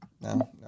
No